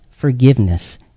forgiveness